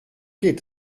geht